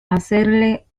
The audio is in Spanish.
hacerle